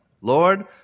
Lord